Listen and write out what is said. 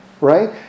right